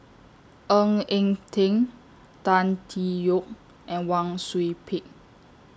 Ng Eng Teng Tan Tee Yoke and Wang Sui Pick